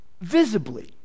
visibly